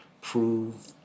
prove